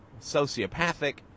sociopathic